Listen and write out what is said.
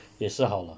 mm